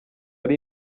ari